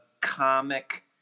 comic